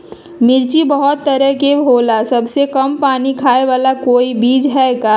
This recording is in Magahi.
मिर्ची बहुत तरह के होला सबसे कम पानी खाए वाला कोई बीज है का?